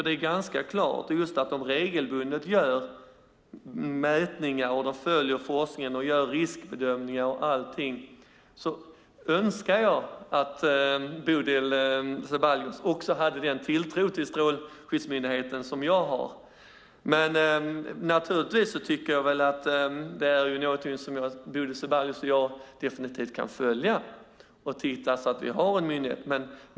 Det är ganska klart att de regelbundet gör mätningar, följer forskningen och gör riskbedömningar. Jag önskar att Bodil Ceballos också hade den tilltro till Strålsäkerhetsmyndigheten som jag har. Detta är en fråga som Bodil Ceballos och jag definitivt kan följa för att se att det finns en myndighet som gör detta.